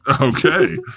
Okay